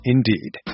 Indeed